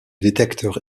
détecteur